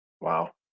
Wow